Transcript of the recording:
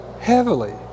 heavily